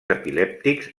epilèptics